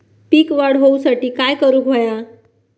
पीक वाढ होऊसाठी काय करूक हव्या?